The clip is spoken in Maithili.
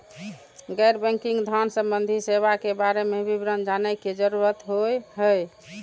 गैर बैंकिंग धान सम्बन्धी सेवा के बारे में विवरण जानय के जरुरत होय हय?